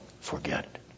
forget